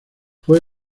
fue